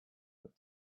had